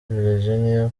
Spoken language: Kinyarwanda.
virginia